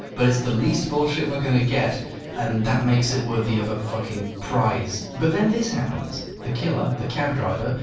but it's the least bullshit we're going to get and that makes it worthy of a fucking prize. but then this happens the killer, the cab driver,